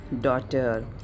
daughter